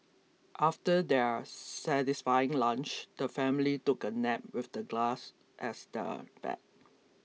after their satisfying lunch the family took a nap with the grass as their bed